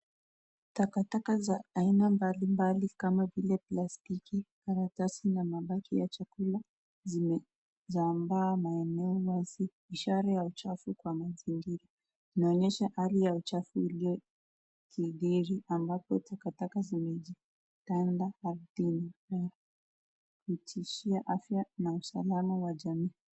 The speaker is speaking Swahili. Takataka za aina mbalimbali kama vile plastiki, karatasi na mabaki ya chakula zimesambaa maeneo [] ishara ya uchafu kwa mazingira. Inaonyesha hali ya uchafu iliyokithiri ambapo takataka zimekanda ardhini na kutishia afya na usalama wa jamii.